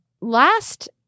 last